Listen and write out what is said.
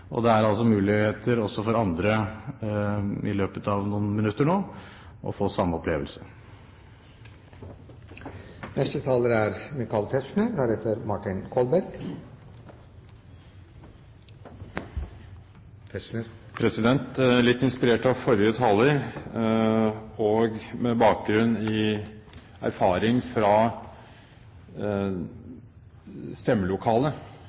og det er altså muligheter også for andre i løpet av noen minutter nå å få samme opplevelse. Litt inspirert av forrige taler og med bakgrunn i erfaring fra stemmelokalet kan jeg også si til Stortingets informasjon at til og med